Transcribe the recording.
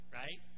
right